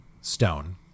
stone